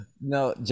No